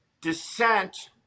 dissent